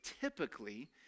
typically